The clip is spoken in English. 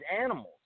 animals